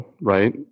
right